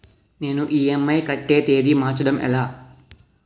నేను ఇ.ఎం.ఐ కట్టే తేదీ మార్చడం ఎలా?